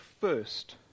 first